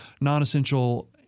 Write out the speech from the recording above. non-essential